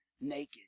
naked